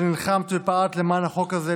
שנלחמת ופעלת למען החוק הזה,